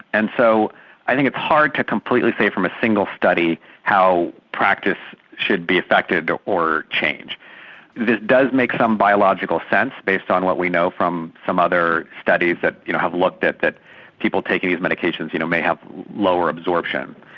and so i think it's hard to completely say from a single study how practice should be effected or changed. this does make some biological sense based on what we know from some other studies that you know have looked at that people taking these medications you know may have lower absorption.